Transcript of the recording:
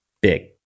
Big